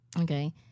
okay